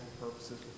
purposes